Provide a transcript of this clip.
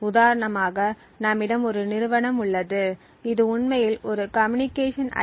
உதாரணமாக நம்மிடம் ஒரு நிறுவனம் உள்ளது இது உண்மையில் ஒரு கம்யூனிகேஷன் ஐ